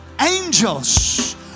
angels